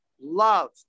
love